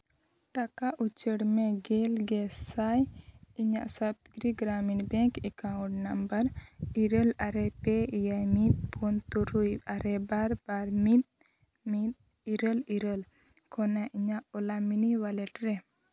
ᱴᱟᱠᱟ ᱩᱪᱟᱹᱲ ᱢᱮ ᱜᱮᱞ ᱜᱮ ᱥᱟᱭ ᱤᱧᱟᱹᱜ Satgiri Gramin bank account number ᱤᱨᱟᱹᱞ ᱟᱨᱮ ᱯᱮ ᱮᱭᱟᱭ ᱢᱤᱫ ᱯᱩᱱ ᱛᱩᱨᱩᱭ ᱟᱨᱮ ᱵᱟᱨ ᱵᱟᱨ ᱢᱤᱫ ᱢᱤᱫ ᱤᱨᱟᱹᱞ ᱤᱨᱟᱹᱞ ᱠᱷᱚᱱᱟᱜ ᱤᱧᱟᱹᱜ ᱚᱞᱟ ᱢᱤᱱᱤ ᱚᱣᱟᱞᱮ ᱴ ᱨᱮ